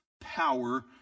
power